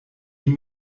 ihm